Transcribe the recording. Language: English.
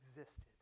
existed